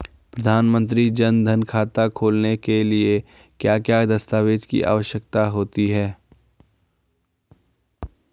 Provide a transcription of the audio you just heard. प्रधानमंत्री जन धन खाता खोलने के लिए क्या क्या दस्तावेज़ की आवश्यकता होती है?